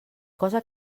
cosa